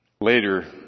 Later